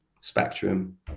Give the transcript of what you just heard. spectrum